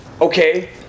okay